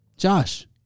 Josh